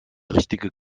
richtige